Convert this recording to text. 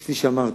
כפי שאמרתי,